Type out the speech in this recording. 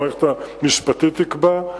המערכת המשפטית תקבע.